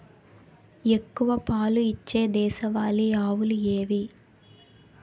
ఎక్కువ పాలు ఇచ్చే దేశవాళీ ఆవులు ఏవి?